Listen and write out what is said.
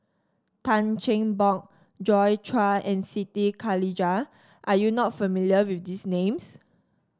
Tan Cheng Bock Joi Chua and Siti Khalijah are you not familiar with these names